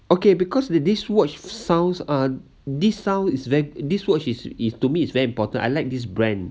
okay because the this watch sounds uh this sound is ve~ this watch is is to me is very important I like this brand